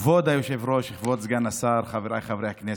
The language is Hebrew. כבוד היושב-ראש, כבוד סגן השר, חבריי חברי הכנסת,